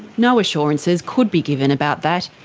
no assurances could be given about that,